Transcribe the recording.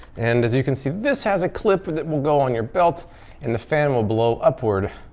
and as you can see this has a clip that will go on your belt and the fan will blow upward.